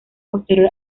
posterior